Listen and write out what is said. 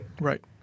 Right